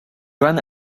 run